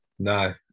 No